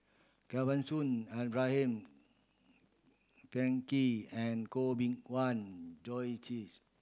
Kesavan Soon Abraham Frankel and Koh Bee Tuan Joyce Teeth